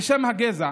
בשם הגזע